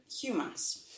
humans